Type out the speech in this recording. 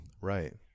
right